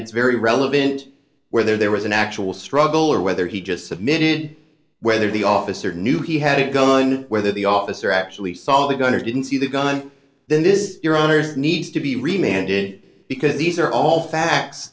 it's very relevant whether there was an actual struggle or whether he just submitted whether the officer knew he had a gun whether the officer actually saw the gun or didn't see the gun then this is your honor that needs to be remained it because these are all facts